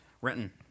Renton